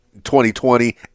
2020